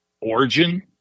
origin